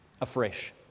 afresh